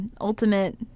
ultimate